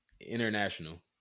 international